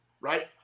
right